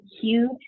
huge